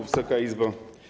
Wysoka Izbo!